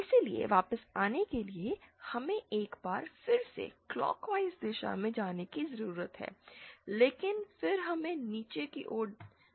इसलिए वापस आने के लिए हमें एक बार फिर से क्लोकवाइज दिशा में जाने की जरूरत है लेकिन फिर हमें नीचे की ओर जाने की जरूरत है